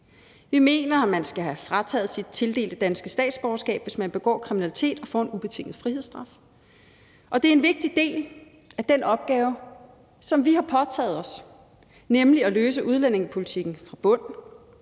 Vi mener, at man skal have frataget sit tildelte danske statsborgerskab, hvis man begår kriminalitet og får en ubetinget frihedsstraf, og det er en vigtig del af den opgave, som vi har påtaget os, nemlig at løse udlændingepolitikken fra bunden.